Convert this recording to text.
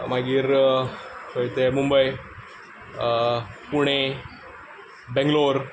मागीर खंय तें मुंबय पुणे बेंगलोर